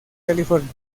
california